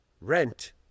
rent